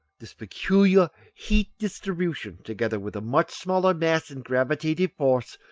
this peculiar heat-distribution, together with a much smaller mass and gravitative force,